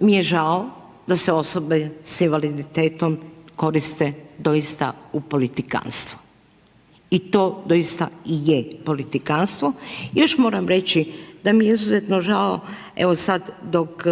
mi je žao da se osobe sa invaliditetom koriste doista u politikanstvo. I to doista i je politikanstvo. I još moram reći da mi je izuzetno žao evo sad dok